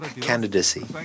candidacy